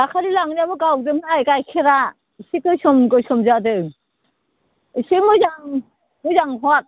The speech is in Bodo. दाखालि लांनायाबो गावदोंहाय गाइखेरा इसे गोसोम गोसोम जादों इसे मोजां मोजां हर